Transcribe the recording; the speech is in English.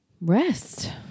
rest